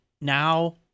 now